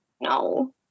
No